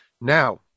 Now